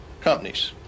companies